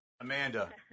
Amanda